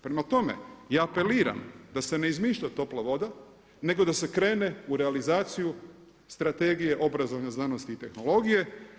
Prema tome, ja apeliram da se ne izmišlja topla voda nego da se krene u realizaciju Strategije obrazovanja, znanosti i tehnologije.